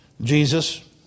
Jesus